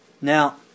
Now